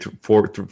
four